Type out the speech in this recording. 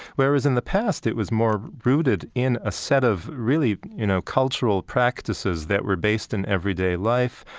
whereas in the past, it was more rooted in a set of really, you know, cultural practices that were based in everyday life,